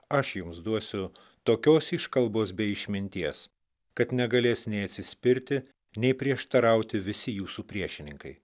aš jums duosiu tokios iškalbos bei išminties kad negalės nei atsispirti nei prieštarauti visi jūsų priešininkai